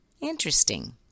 interesting